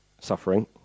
suffering